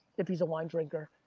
if he's a wine drinker.